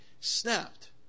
snapped